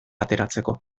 ateratzeko